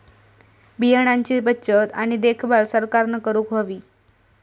बियाणांची बचत आणि देखभाल सरकारना करूक हवी